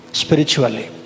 spiritually